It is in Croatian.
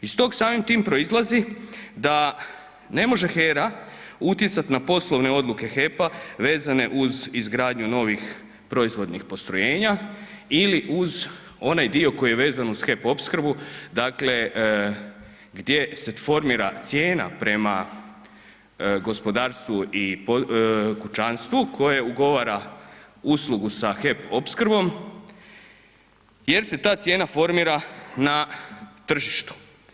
Iz tog samim tim proizlazi da ne može HERA utjecati na poslovne odluke HEP-a vezane uz izgradnju novih proizvodnih postrojenja ili uz onaj dio koji je vezan uz HEP opskrbu, dakle gdje se formira cijena prema gospodarstvu i kućanstvu koje ugovara uslugu sa HEP opskrbom jer se ta cijena formira na tržištu.